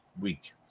week